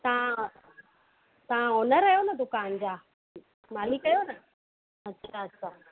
तव्हां तव्हां ओनर आयो न दुकान जा मालिक आहियो न अच्छा अच्छा